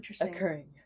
occurring